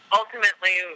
ultimately